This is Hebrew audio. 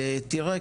תראה,